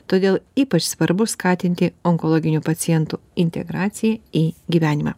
todėl ypač svarbu skatinti onkologinių pacientų integraciją į gyvenimą